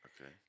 Okay